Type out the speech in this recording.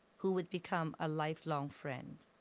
who would become a lifelong friend.